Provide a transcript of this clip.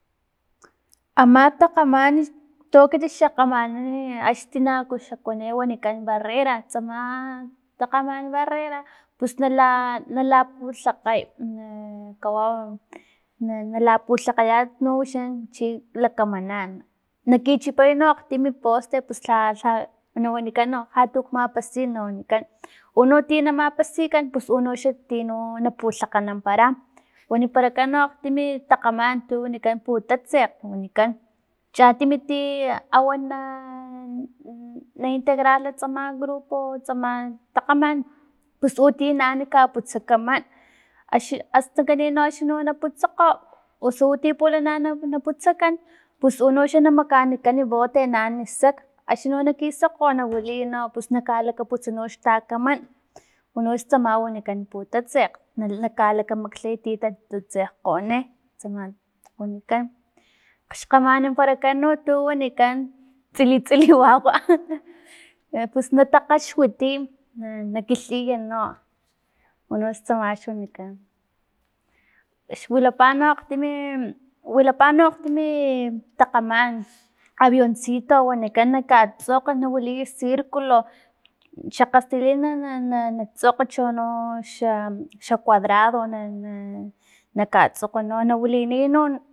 Ama takgaman toekiti xa kgamanan axni tinaku xa kuani wanikan barrera tsama takgaman barrera pus nala- nala putlakgay na kawau na- nalaputlakgaya wixan chi lakamanan na kichipay no akgtimi poste pus lha- lha na wanikana no lhatukmapasin no na wanikan uno tino na mapasikan pus unoxan ti na kawau na putlakgananpara waniparakan no akgtimi takgaman tu wanikan putatsekg wanikan, chatimi ti awan na- naintegrarla tsama grupo tsama takgaman pus u ti na an kaputsan kaman axi astan kanin noxa na putsakgo usu u ti pulana na- n- na putsakan pus unoxa na makanikan bote na an sak axni no na kisakgo na wili no pus na lakaputsakgo xatakaman unoxa tsama wanikan putsatsekg na kalakamaklhay tin ta tsekgoni tsama wanikan xkgamanamparakan no tuno wanikan tsili tsili wawa pus natakgaxwitiy na- na kilhiya no unoxla tsama wanikan xwilapa no akgtimi wilapa no akgtimi takgaman avioncito wanikan nakatsokgiliy circulo xa kgastilil na na tsokg noxa xa cuadrado na- na- na- katsokg na wiliy no